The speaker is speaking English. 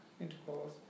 intercourse